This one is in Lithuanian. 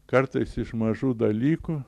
kartais iš mažų dalykų